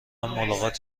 ملاقات